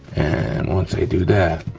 and once i do that